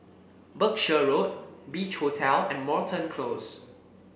Berkshire Road Beach Hotel and Moreton Close